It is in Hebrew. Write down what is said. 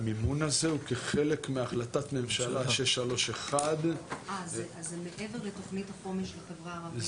המימון הזה הוא כחלק מהחלטת ממשלה 631. אז זה מעבר לתוכנית החומש לחברה הערבית.